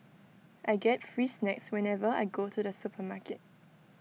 I get free snacks whenever I go to the supermarket